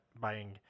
buying